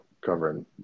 covering